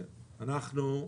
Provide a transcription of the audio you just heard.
אנחנו,